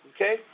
Okay